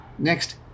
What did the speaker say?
Next